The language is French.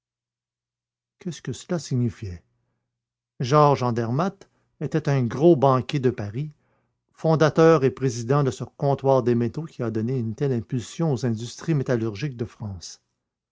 qu'est-ce que cela signifiait georges andermatt était un gros banquier de paris fondateur et président de ce comptoir des métaux qui a donné une telle impulsion aux industries métallurgiques de france